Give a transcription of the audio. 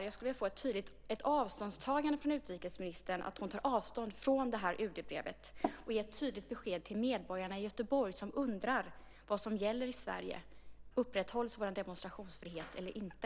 Jag skulle vilja höra ett avståndstagande från utrikesministern, att hon tar avstånd från UD-brevet och att hon ger ett tydligt besked till medborgarna i Göteborg som undrar vad som gäller i Sverige. Upprätthålls vår demonstrationsfrihet eller inte?